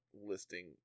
listing